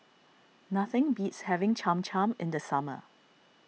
nothing beats having Cham Cham in the summer